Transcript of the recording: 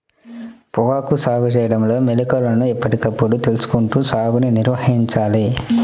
పొగాకు సాగు చేయడంలో మెళుకువలను ఎప్పటికప్పుడు తెలుసుకుంటూ సాగుని నిర్వహించాలి